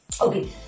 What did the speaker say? okay